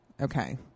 Okay